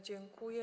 Dziękuję.